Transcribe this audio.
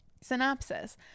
Synopsis